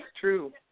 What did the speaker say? true